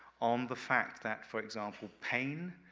on the fact that, for example, pain,